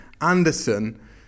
Anderson